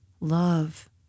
love